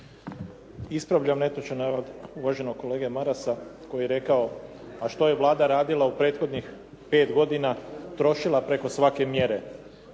Ispravljam netočan navod uvaženog kolege Marasa koji je rekao a što je Vlada radila u prethodnih pet godina, trošila preko svake mjere.